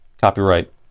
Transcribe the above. copyright